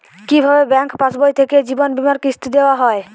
কি ভাবে ব্যাঙ্ক পাশবই থেকে জীবনবীমার কিস্তি দেওয়া হয়?